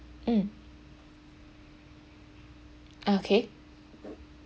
mm okay